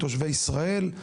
תושבי ישראל,